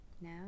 Now